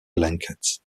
blankets